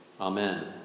Amen